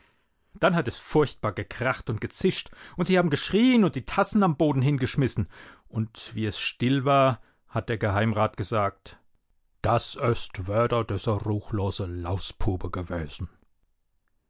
dann hat es furchtbar gekracht und gezischt und sie haben geschrien und die tassen am boden hingeschmissen und wie es still war hat der geheimrat gesagt das üst wüder düser ruchlose lauspube